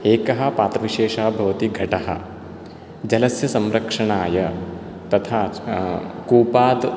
एकः पात्रविशेषः भवति घटः जलस्य संरक्षणाय तथा कूपात्